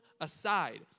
aside